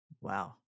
Wow